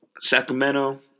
Sacramento